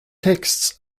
texts